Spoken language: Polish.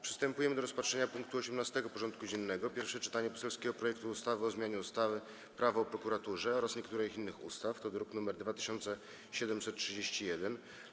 Przystępujemy do rozpatrzenia punktu 18. porządku dziennego: Pierwsze czytanie poselskiego projektu ustawy o zmianie ustawy Prawo o prokuraturze oraz niektórych innych ustaw (druk nr 2731)